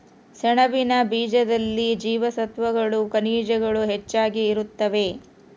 ಸೆಣಬಿನ ಬೀಜದಲ್ಲಿ ಜೀವಸತ್ವಗಳು ಖನಿಜಗಳು ಹೆಚ್ಚಾಗಿ ಇರುತ್ತವೆ